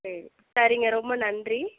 சரி சரிங்க ரொம்ப நன்றி